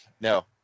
No